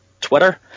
Twitter